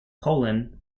poland